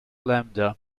lambda